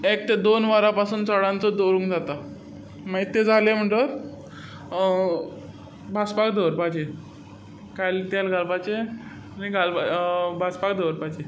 एक ते दोन वरां पासून दवरूंक जाता मागीर तें जालें म्हणू तोच भाजपाक दवरपाचें कायल तेल घालपाचें आनी घालपाचें भाजपाक दवरपाचें